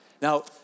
Now